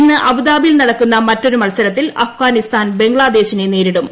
ഇന്ന് അബുദാബിയിൽ നടക്കുന്ന മറ്റൊരു മത്സരത്തിൽ അഫ്ഗാനിസ്ഥാൻ ബംഗ്ളാദേശിനെയും നേരിടും